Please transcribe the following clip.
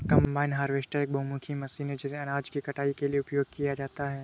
combine harvester एक बहुमुखी machine है जिसे अनाज की कटाई के लिए उपयोग किया जाता है